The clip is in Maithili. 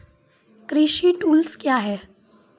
कृषि टुल्स क्या हैं?